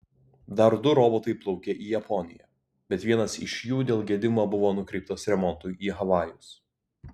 dar du robotai plaukė į japoniją bet vienas iš jų dėl gedimo buvo nukreiptas remontui į havajus